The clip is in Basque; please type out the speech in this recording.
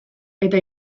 eta